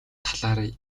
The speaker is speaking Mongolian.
талаар